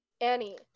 Annie